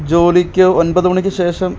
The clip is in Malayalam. ജോലിക്ക് ഒമ്പതു മണിക്ക് ശേഷം